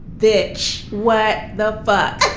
bitch. what the fuck